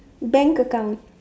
bank account